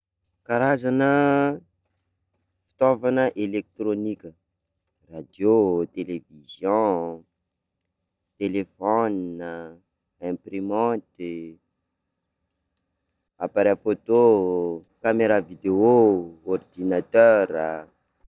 Karazana fitaovana elektrônika: radio, television, telefona, imprimanty, appareil photo, camera video, ordinatera.